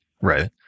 right